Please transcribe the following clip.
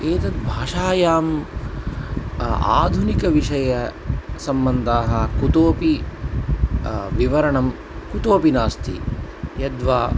एतद् भाषायाम् आधुनिकविषयसम्बन्धाः कुतोऽपि विवरणं कुतोऽपि नास्ति यद्वा